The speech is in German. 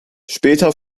später